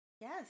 Yes